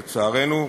לצערנו,